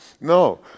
No